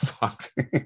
boxing